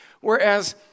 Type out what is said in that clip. whereas